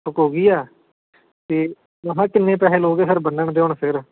ਫੂਕ ਹੋ ਗਈ ਆ ਅਤੇ ਮੈਂ ਕਿਹਾ ਕਿੰਨੇ ਪੈਸੇ ਲਓਗੇ ਫਿਰ ਬੰਨਣ ਦੇ ਹੁਣ ਫਿਰ